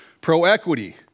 pro-equity